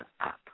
up